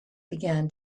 began